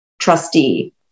trustee